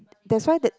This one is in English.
that's why that